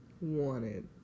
Wanted